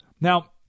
Now